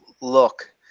look